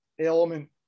element